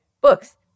books